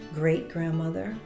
great-grandmother